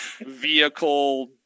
vehicle